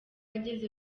ageze